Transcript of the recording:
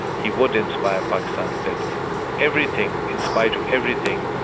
he would inspire pakistanis that everything, in spite of everything,